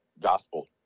gospel